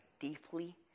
deeply